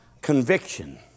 Conviction